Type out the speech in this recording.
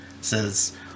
says